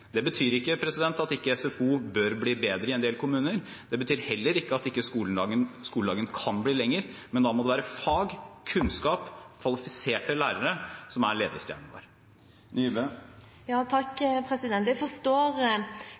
Det betyr ikke at SFO ikke bør bli bedre i en del kommuner. Det betyr heller ikke at skoledagen ikke kan bli lengre, men da må det være fag, kunnskap og kvalifiserte lærere som er